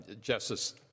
Justice